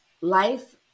life